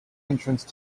entrance